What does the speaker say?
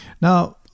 Now